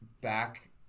back